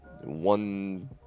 One